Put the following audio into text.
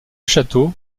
château